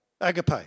Agape